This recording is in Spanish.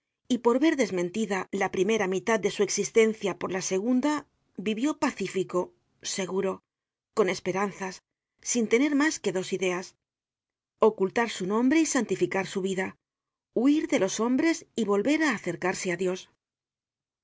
y por ver desmentida la primera mitad de su existencia por la segunda vivió pacífico seguro con esperanzas sin tener mas que dos ideas ocultar su nombre y santificar su vida huir de los hombres y volver á acercarse á dios